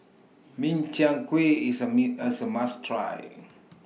Min Chiang Kueh IS A Me as A must Try